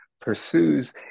pursues